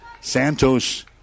Santos